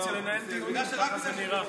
כשנותנים לאופוזיציה לנהל דיונים, ככה זה נראה.